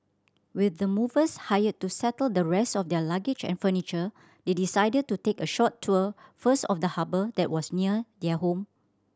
with the movers hired to settle the rest of their luggage and furniture they decided to take a short tour first of the harbour that was near their home